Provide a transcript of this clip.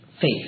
faith